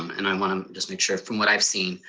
and i wanna just make sure, from what i've seen.